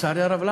לצערי הרב.